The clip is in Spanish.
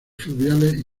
fluviales